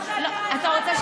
אתה רוצה שאני,